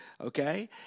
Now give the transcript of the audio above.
Okay